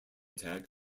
tag